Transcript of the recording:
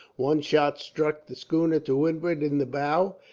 one shot struck the schooner to windward in the bow,